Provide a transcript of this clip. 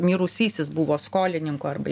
mirusysis buvo skolininkų arba